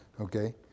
Okay